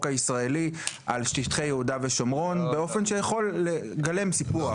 הישראלי על שטחי יהודה ושומרון באופן שיכול לגלם סיפוח.